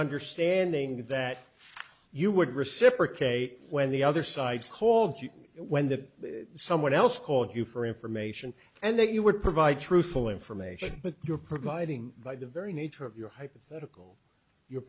understanding that you would reciprocate when the other side called you when that someone else called you for information and that you would provide truthful information but you're providing by the very nature of your hypothetical you're